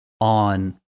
on